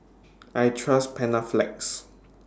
I Trust Panaflex